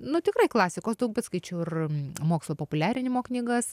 nu tikrai klasikos daug bet skaičiau ir mokslo populiarinimo knygas